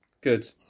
good